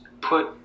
put